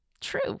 true